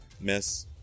Miss